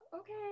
okay